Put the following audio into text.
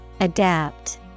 Adapt